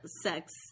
sex